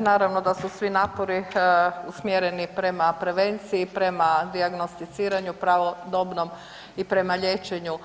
Naravno da su svi napori usmjereni prema prevenciji, prema dijagnosticiranju pravodobnom i prema liječenju